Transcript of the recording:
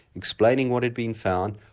explaining what had been found,